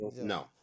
No